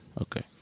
Okay